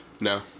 No